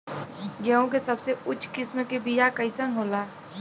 गेहूँ के सबसे उच्च किस्म के बीया कैसन होला?